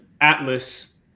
atlas